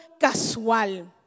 casual